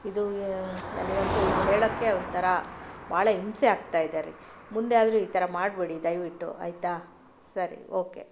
ಇದು ನನಗಂತು ಇದು ಹೇಳೋಕ್ಕೆ ಒಂಥರ ಭಾಳ ಹಿಂಸೆ ಆಗ್ತಾ ಇದೆ ರೀ ಮುಂದೆ ಆದರೂ ಈ ಥರ ಮಾಡಬೇಡಿ ದಯವಿಟ್ಟು ಆಯಿತಾ ಸರಿ ಓಕೆ